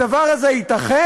הדבר הזה ייתכן?